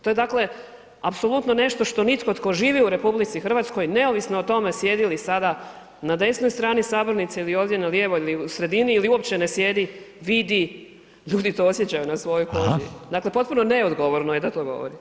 To je dakle apsolutno nešto što nitko tko živi u RH neovisno o tome sjedi li sada na desnoj strani sabornice ili ovdje na lijevoj ili sredini ili uopće ne sjedi, vidi, ljudi to osjećaju na svojoj koži [[Upadica: Hvala.]] Dakle potpuno neodgovorno je da to govorite.